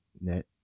Net